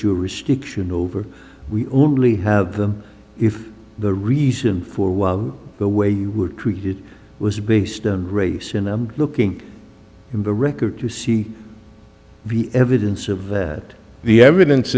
jurisdiction over we only have them if the reason for why the way you were treated was based on race in them being in the record you see the evidence of that the evidence